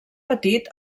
petit